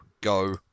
go